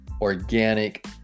organic